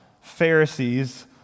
Pharisees